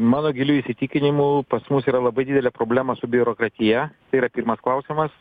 mano giliu įsitikinimu pas mus yra labai didelė problema su biurokratija tai yra pirmas klausimas